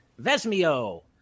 Vesmio